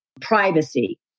privacy